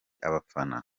abafana